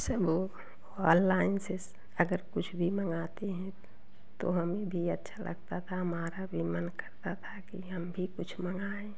सब ऑनलाइन से अगर कुछ भी मँगाते हैं तो हमें भी अच्छा लगता था हमारा भी मन करता था कि हम कुछ मंगाएँ